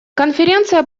конференции